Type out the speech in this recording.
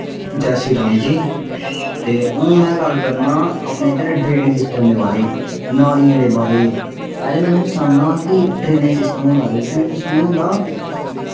जै श्री राम जी ते हून में गल्ल करना अपने इद्धर ड्रेन सिस्टम दे बारै दी नालियें दे बारै दी पैह्लें में तुसेंगी सनाना कि ड्रेन सिस्टम होंदा केह् ड्रेन सिस्टम होंदा